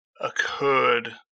occurred